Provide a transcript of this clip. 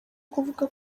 kuvuga